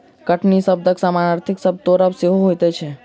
कटनी शब्दक समानार्थी शब्द तोड़ब सेहो होइत छै